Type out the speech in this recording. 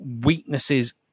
weaknesses